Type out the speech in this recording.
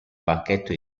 banchetto